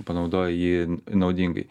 panaudoji jį naudingai